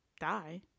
die